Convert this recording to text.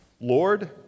Lord